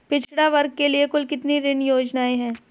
पिछड़ा वर्ग के लिए कुल कितनी ऋण योजनाएं हैं?